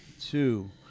two